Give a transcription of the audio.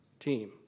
team